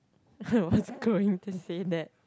I was going to say that